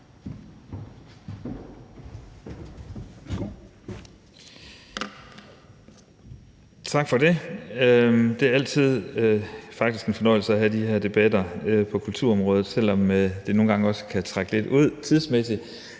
Tak for det. Det er faktisk altid en fornøjelse at have de her debatter på kulturområdet, og selv om det nogle gange også tidsmæssigt